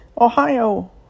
Ohio